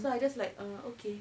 so I just like uh okay